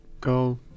go